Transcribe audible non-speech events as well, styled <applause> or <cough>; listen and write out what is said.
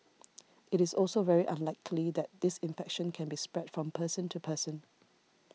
<noise> it is also very unlikely that this infection can be spread from person to person